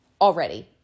already